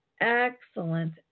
excellent